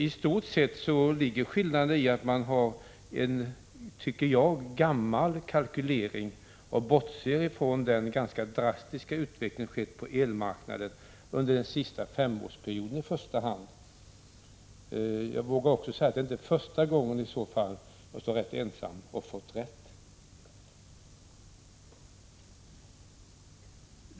I stort sett ligger skillnaderna i att man har en, tycker jag, gammal kalkylering, som bortser från den ganska drastiska utveckling som skett på elmarknaden under i första hand den senaste femårsperioden. Jag vågar också säga att det i så fall inte är första gången centern har stått ensam och fått rätt.